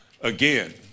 again